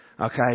Okay